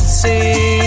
See